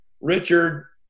Richard